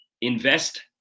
Invest